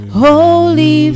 Holy